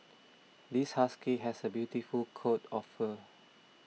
this husky has a beautiful coat of fur